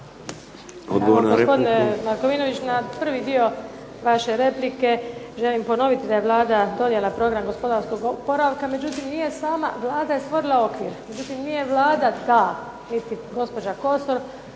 Odgovor na repliku.